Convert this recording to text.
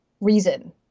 reason